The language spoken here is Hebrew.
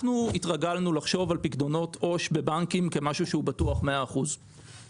התרגלנו לחשוב על פקדונות עו"ש בבנקים כמשהו שהוא בטוח ב-100 אחוז,